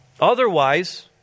Otherwise